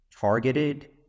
targeted